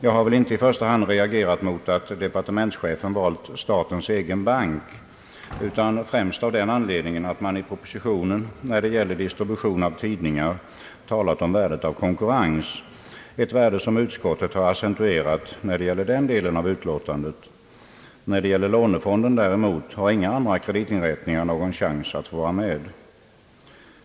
Jag har väl inte i första hand reagerat mot att departementschefen har valt statens egen bank utan främst av den anledningen att det i propositionen när det gäller distribution av tidningar talas om värdet av konkurrens, ett värde som utskottet har accentuerat när det gäller den delen av utlåtandet. När det gäller lånefonden däremot har inga andra kreditinrättningar någon chans att få vara med.